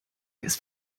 ist